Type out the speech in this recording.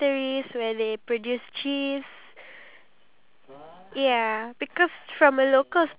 ya true and if we visit those type of places where we really learn about different cultures then